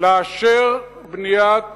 לאשר בניית